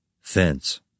Fence